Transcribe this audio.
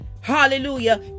hallelujah